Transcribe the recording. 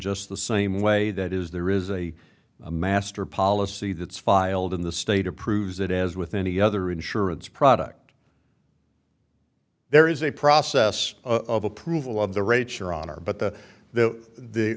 just the same way that is there is a master policy that's filed in the state approves it as with any other insurance product there is a process of approval of the richer honor but the the